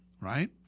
Right